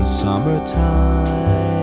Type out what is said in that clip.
summertime